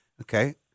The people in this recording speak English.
Okay